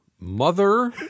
Mother